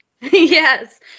Yes